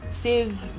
Save